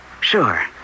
Sure